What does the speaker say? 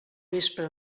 vespre